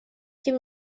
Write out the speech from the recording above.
тем